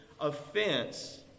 offense